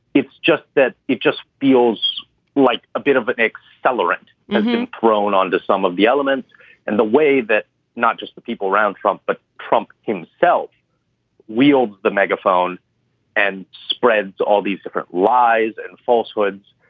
it's just that it just feels like a bit of an accelerant being thrown onto some of the elements and the way that not just the people around trump, but trump himself wields the megaphone and spreads all these different lies and falsehoods.